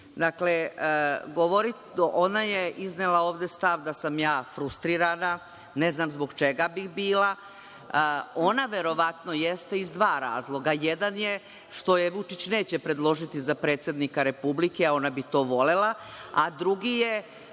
uradila. Dakle, ona je iznela ovde stav da sam ja frustrirana, ne znam zbog čega bih bila. Ona verovatno jeste, iz dva razloga. Jedan je što je Vučić neće predložiti za predsednika Republike, a ona bi to volela, a drugi je